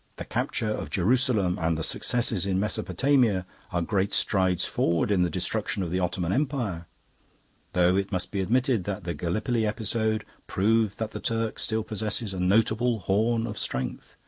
the capture of jerusalem and the successes in mesopotamia are great strides forward in the destruction of the ottoman empire though it must be admitted that the gallipoli episode proved that the turk still possesses a notable horn of strength.